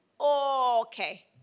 Okay